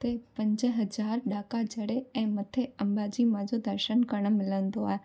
हुते पंज हज़ार ॾाका चढ़े ऐं मथे अम्बा जी माउ जो दर्शन करण में मिलंदो आहे